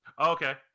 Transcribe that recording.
Okay